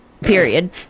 period